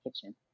kitchen